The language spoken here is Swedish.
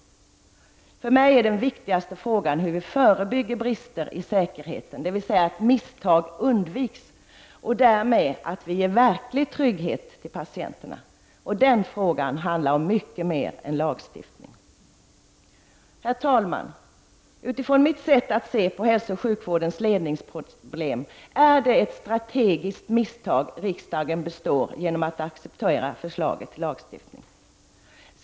Den viktigaste frågan för mig är hur vi förebygger brister i säkerheten, dvs. att misstag undviks och att vi därmed ger verklig trygghet till patienterna. Den frågan handlar om mycket mer än lagstiftning. Herr talman! Utifrån mitt sätt att se på hälsooch sjukvårdens ledningsproblem är det ett strategiskt misstag riksdagen begår genom att acceptera förslaget till lagstiftning.